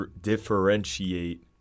differentiate